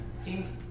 seems